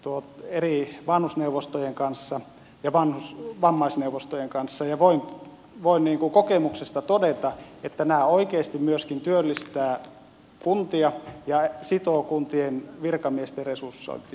tuo eri vanhusneuvostojen viiden kunnan vanhus ja vammaisneuvostojen kanssa ja voin kokemuksesta todeta että nämä oikeasti myöskin työllistävät kuntia ja sitovat kuntien virkamiesten resursointia